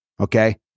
Okay